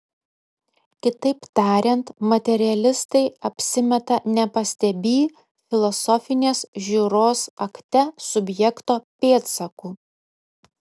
kitaip tariant materialistai apsimeta nepastebį filosofinės žiūros akte subjekto pėdsakų